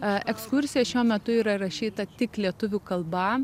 ekskursija šiuo metu yra įrašyta tik lietuvių kalba